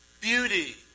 beauty